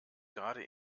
gerade